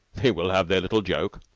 they will have their little joke.